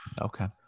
Okay